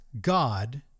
God